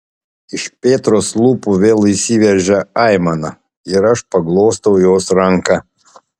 iš petros lūpų vėl išsiveržia aimana ir aš paglostau jos ranką